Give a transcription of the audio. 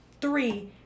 three